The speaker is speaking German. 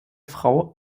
frau